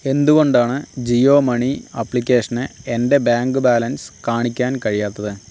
എന്തുകൊണ്ടാണ് ജിയോ മണി ആപ്ലിക്കേഷന് എൻ്റെ ബാങ്ക് ബാലൻസ് കാണിക്കാൻ കഴിയാത്തത്